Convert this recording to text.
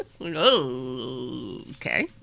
Okay